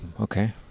Okay